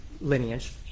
lineage